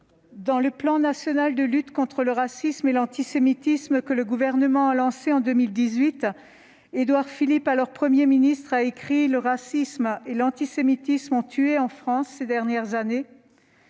dans le plan national de lutte contre le racisme et l'antisémitisme que le Gouvernement a lancé en 2018, Édouard Philippe, alors Premier ministre, a écrit :« Le racisme et l'antisémitisme ont tué en France ces dernières années.